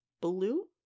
blue